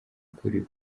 ukuri